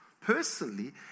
personally